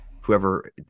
whoever